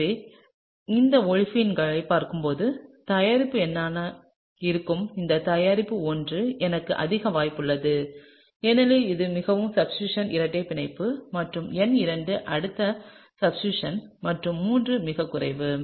எனவே இந்த ஓலிஃபின்களைப் பார்க்கும்போது தயாரிப்பு எண்ணாக இருக்கும் இந்த தயாரிப்பு I எனக்கு அதிக வாய்ப்புள்ளது ஏனெனில் இது மிகவும் சப்ஸ்டிடூஸன் இரட்டைப் பிணைப்பு மற்றும் எண் II அடுத்த சப்ஸ்டிடூஸன் மற்றும் III மிகக் குறைவு